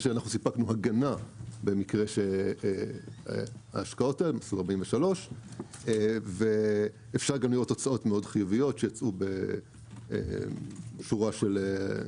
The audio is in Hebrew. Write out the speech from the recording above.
כשאנחנו סיפקנו הגנה במקרה של השקעות האלה - מסלול 43. אפשר גם לראות תוצאות מאוד חיוביות שיצאו בשורה של דוחות.